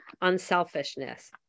unselfishness